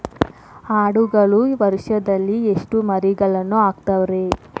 ಆಡುಗಳು ವರುಷದಲ್ಲಿ ಎಷ್ಟು ಮರಿಗಳನ್ನು ಹಾಕ್ತಾವ ರೇ?